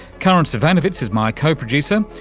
karin zsivanovits is my co-producer.